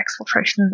exfiltration